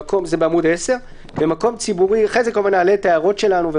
זה בעמ' 10. אחר כך נעלה את ההערות שלנו.